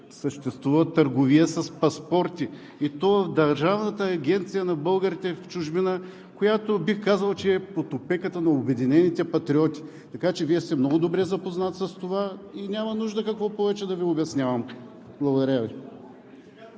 съществува търговия с паспорти, и то в Държавната агенция на българите в чужбина, която, бих казал, че е под опеката на Обединените патриоти. Така че Вие сте много добре запознат с това и няма нужда какво повече да Ви обяснявам. Благодаря Ви.